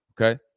okay